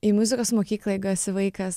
į muzikos mokyklą jeigu esi vaikas